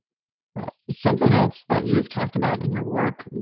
something else that you've talked about in your work,